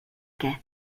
què